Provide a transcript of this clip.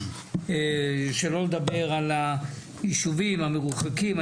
שלא לדבר על היישובים המרוחקים.